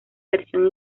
versión